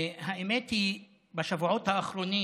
האמת היא שבשבועות האחרונים